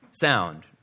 Sound